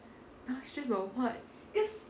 !huh! stressed about what